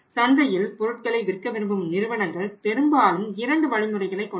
சந்தையில் பொருட்களை விற்க விரும்பும் நிறுவனங்கள் பெரும்பாலும் இரண்டு வழிமுறைகளை கொண்டுள்ளன